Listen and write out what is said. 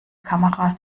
kameras